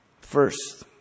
First